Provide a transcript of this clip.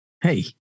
Hey